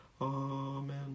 Amen